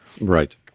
Right